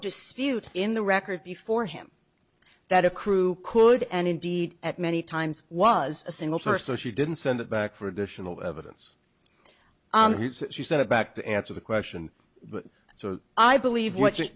dispute in the record before him that a crew could and indeed at many times was a single person she didn't send it back for additional evidence she sent it back to answer the question so i believe what you